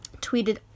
tweeted